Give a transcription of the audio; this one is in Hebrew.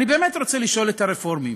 אני באמת רוצה לשאול את הרפורמים: